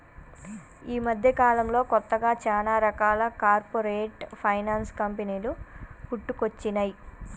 యీ మద్దెకాలంలో కొత్తగా చానా రకాల కార్పొరేట్ ఫైనాన్స్ కంపెనీలు పుట్టుకొచ్చినై